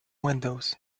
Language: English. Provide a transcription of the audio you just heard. windows